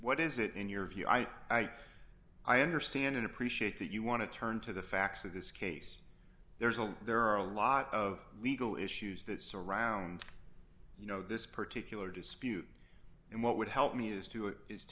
what is it in your view i i understand and appreciate that you want to turn to the facts of this case there's a lot there are a lot of legal issues that surround you know this particular dispute and what would help me use to it is